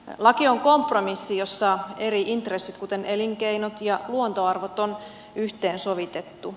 laki on kompromissi jossa eri intressit kuten elinkeinot ja luontoarvot on yhteensovitettu